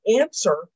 answer